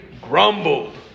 grumbled